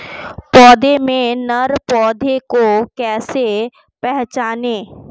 पौधों में नर पौधे को कैसे पहचानें?